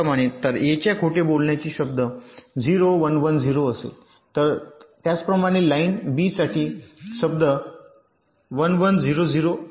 तर ए च्या खोटे बोलण्यासाठी शब्द 0 1 1 0 असेल त्याचप्रमाणे लाइन बी साठी शब्द 1 1 0 0 असेल